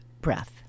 breath